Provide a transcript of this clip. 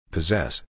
Possess